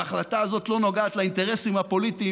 וההחלטה הזאת לא נוגעת לאינטרסים הפוליטיים